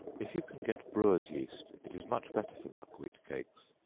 if you can get brewers' yeast, it is much better for buckwheat cakes.